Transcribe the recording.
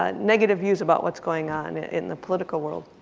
ah negative views about what's going on in the political world.